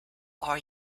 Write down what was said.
are